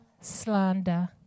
slander